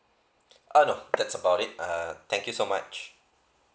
ah no that's about it uh thank you so much